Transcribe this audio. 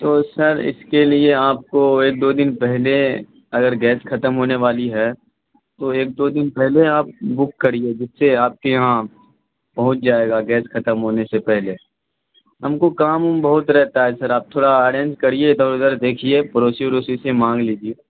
تو سر اس کے لیے آپ کو ایک دو دن پہلے اگر گیس ختم ہونے والی ہے تو ایک دو دن پہلے آپ بک کریے جس سے آپ کے یہاں پہنچ جائے گا گیس ختم ہونے سے پہلے ہم کو کام وام بہت رہتا ہے سر آپ تھوڑا ارینج کریے تو ادھر اودھر دیکھیے پڑوسی وڑوسی سے مانگ لیجیے